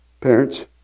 Parents